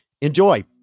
Enjoy